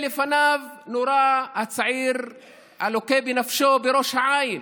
לפניו נורה הצעיר הלוקה בנפשו בראש העין,